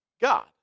God